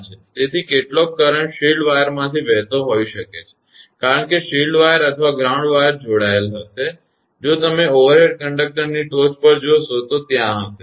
તેથી કેટલોક current shield વાયરમાંથી વહેતો હોઈ શકે છે કારણ કે શિલ્ડ વાયર અથવા ગ્રાઉન્ડ વાયર જોડાયેલ હશે જો તમે ઓવરહેડ કંડક્ટરની ટોચ પર જોશો તો ત્યાં હશે